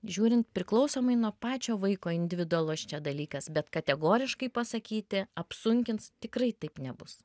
žiūrint priklausomai nuo pačio vaiko individualus čia dalykas bet kategoriškai pasakyti apsunkins tikrai taip nebus